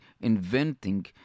inventing